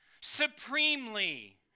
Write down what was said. supremely